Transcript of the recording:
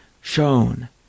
shown